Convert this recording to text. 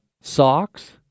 socks